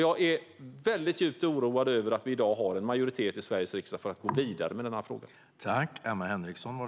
Jag är djupt oroad över att vi i dag har en majoritet i Sveriges riksdag för att gå vidare med denna fråga.